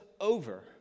over